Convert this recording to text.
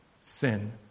sin